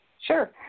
Sure